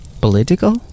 political